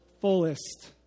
fullest